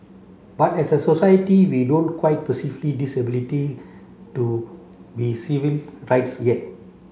but as a society we don't quite disability to be civil rights yet